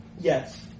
Yes